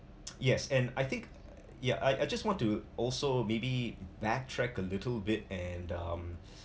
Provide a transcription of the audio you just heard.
yes and I think yeah I I just want to also maybe backtrack a little bit and um